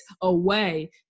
away